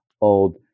old